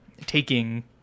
taking